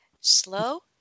slow